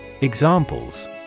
Examples